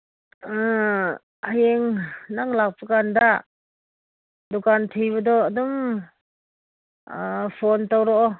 ꯍꯌꯦꯡ ꯅꯪ ꯂꯥꯛꯄꯀꯥꯟꯗ ꯗꯨꯀꯥꯟ ꯊꯤꯕꯗꯣ ꯑꯗꯨꯝ ꯐꯣꯟ ꯇꯧꯔꯛꯑꯣ